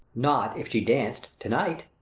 not, if she danced, to-night.